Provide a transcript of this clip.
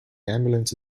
ambulance